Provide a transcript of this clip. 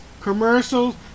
Commercials